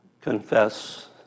confess